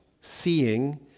seeing